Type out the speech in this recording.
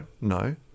no